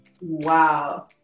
Wow